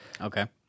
Okay